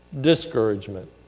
discouragement